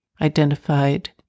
identified